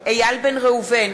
איל בן ראובן